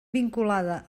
vinculada